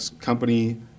company